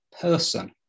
person